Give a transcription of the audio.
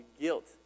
guilt